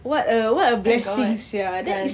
oh my god kan